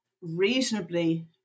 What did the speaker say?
reasonably